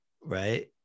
Right